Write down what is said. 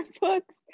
books